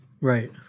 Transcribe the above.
Right